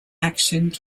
action